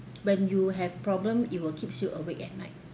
when you have problem it will keeps you awake at night